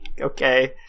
Okay